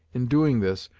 in doing this,